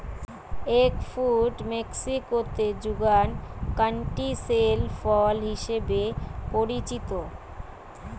egg fruit মেক্সিকোতে যুগান canistel ফল হিসেবে পরিচিত